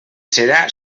serà